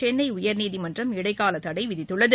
சென்னை உயர்நீதிமன்றம் இடைக்கால தடை விதித்துள்ளது